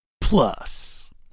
Plus